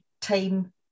time